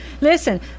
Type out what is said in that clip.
listen